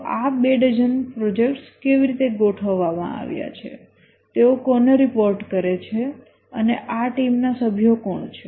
તો આ બે ડઝન પ્રોજેક્ટ કેવી રીતે ગોઠવવામાં આવ્યા છે તેઓ કોને રિપોર્ટ કરે છે અને આ ટીમના સભ્યો કોણ છે